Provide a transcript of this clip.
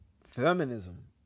feminism